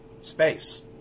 Space